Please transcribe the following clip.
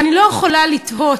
ואני לא יכולה שלא לתהות